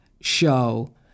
show